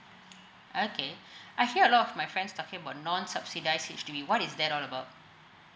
okay I feel a lot of my friends talking about non subsidised H_D_B what is that all about